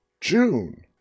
June